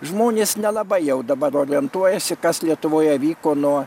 žmonės nelabai jau dabar orientuojasi kas lietuvoje vyko nuo